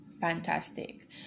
fantastic